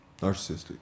Narcissistic